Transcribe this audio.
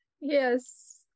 Yes